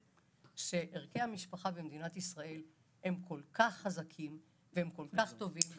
שערכי המשפחה במדינת ישראל הם כל כך חזקים והם כל כך טובים,